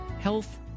health